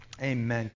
Amen